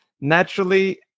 naturally